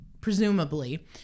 presumably